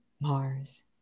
Mars